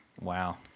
Wow